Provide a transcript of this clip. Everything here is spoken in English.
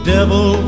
Devil